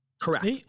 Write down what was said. Correct